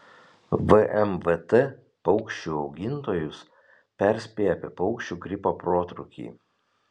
vmvt paukščių augintojus perspėja apie paukščių gripo protrūkį